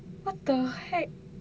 what the heck